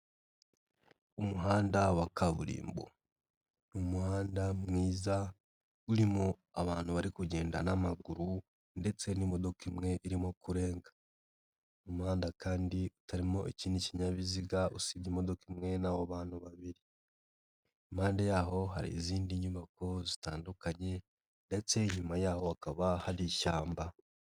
Umuhanda wa kaburimbo ni umuhanda mwiza urimo abantu bari kugenda n'amaguru ndetse n'imodoka imwe irimo kurenga. Umuhanda kandi utarimo ikindi kinyabiziga usibye imodoka imwe nabo bantu babiri. Impande yaho hari izindi nyubako zitandukanye ndetse inyuma yaho hakaba hari ishyamba.